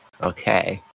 Okay